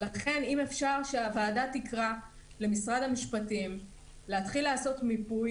לכן אם אפשר שהוועדה תקרא למשרד המשפטים להתחיל לעשות מיפוי